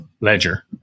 ledger